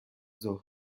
ظهر